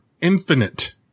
infinite